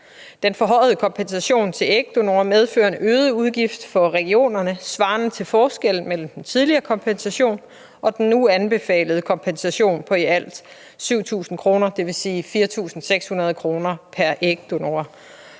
Den forhøjede kompensation til ægdonorer medfører en øget udgift for regionerne svarende til forskellen mellem den tidligere kompensation og den nu anbefalede kompensation på i alt 7.000 kr., dvs. 4.600 kr. pr. ægdonor.